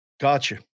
Gotcha